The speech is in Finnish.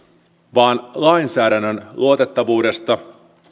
vaan lainsäädännön luotettavuudesta